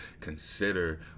consider